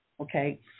Okay